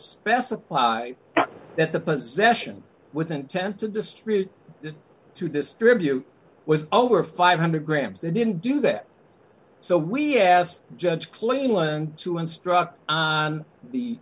specify that the possession with intent to distribute it to distribute was over five hundred grams they didn't do that so we asked judge cleveland to instruct on the